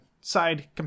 side